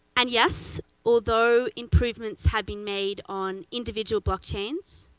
and yes, although improvements have been made on individual blockchains,